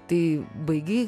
tai baigei